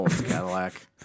Cadillac